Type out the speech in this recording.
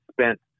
spent